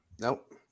Nope